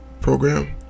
program